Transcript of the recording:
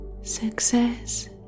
Success